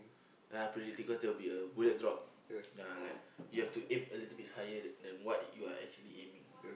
ah predict cause there will be a bullet drop ya like you have to aim a little bit higher than what you are actually aiming